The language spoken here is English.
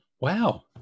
Wow